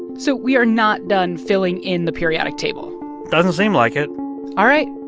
so we are not done filling in the periodic table doesn't seem like it all right,